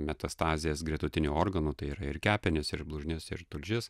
metastazės gretutinių organų tai yra ir kepenys ir blužnis ir tulžis